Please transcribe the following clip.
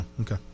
okay